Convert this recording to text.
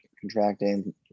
contracting